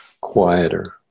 quieter